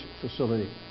facility